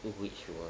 which we will